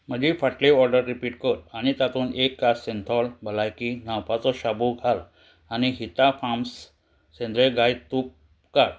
म्हजी फाटली order repeat कर आनी तातूंत एक कास सेन्थॉल भलायकी न्हांवपाचो शाबू घाल आनी हिता फार्म्स सेंद्रय गाय तूप काड